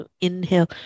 Inhale